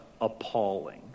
appalling